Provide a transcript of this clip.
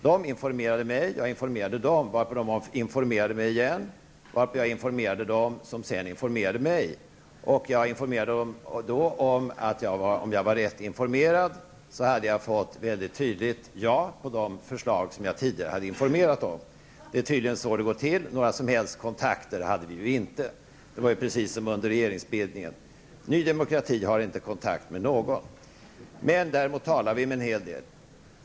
De informerade mig, jag informerade dem, varför de informerade mig igen, varpå jag informerade dem, som sedan informerade mig. Jag informerade dem om att om jag var rätt informerad, så hade jag fått ett mycket tydligt ja på de förslag som jag tidigare hade informerat om. Det är tydligen så det går till. Några som helst kontakter hade vi ju inte. Det var precis som under regeringsbildningen: Ny Demokrati har inte kontakt med någon, men däremot talar vi med en hel del.